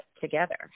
together